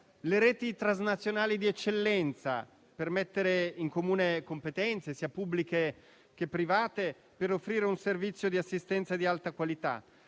le reti transnazionali di eccellenza, per mettere in comune competenze sia pubbliche che private e per offrire un servizio di assistenza di alta qualità;